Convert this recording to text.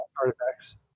artifacts